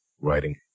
writing